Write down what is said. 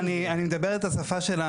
אני מדבר את השפה,